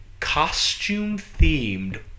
costume-themed